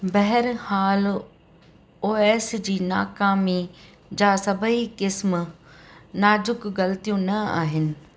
बहर हाल ओएस जी नाकामी जा सभई क़िस्म नाज़ुकु ग़लतियूं न आहिनि